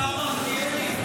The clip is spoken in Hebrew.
השר מלכיאלי,